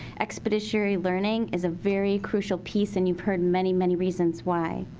expeditionary learning is a very crucial piece and you've heard many, many reasons why.